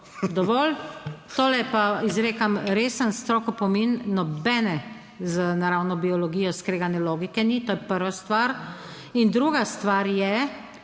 Dovolj. Tole pa izrekam resen, strog opomin. Nobene z naravno biologijo skregane logike ni. To je prva stvar. In druga stvar je,